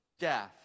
death